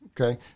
Okay